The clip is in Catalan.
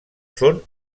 són